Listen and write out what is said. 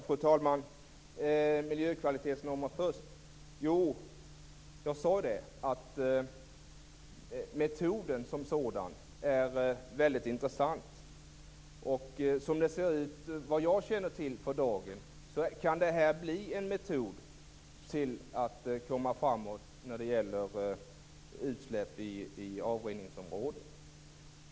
Fru talman! När det gäller miljökvalitetsnormer vill jag först säga att metoden som sådan är väldigt intressant. Som det ser ut, vad jag känner till för dagen, kan det här bli en metod att komma framåt när det gäller utsläpp i avrinningsområden.